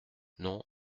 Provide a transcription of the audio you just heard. non